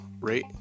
rate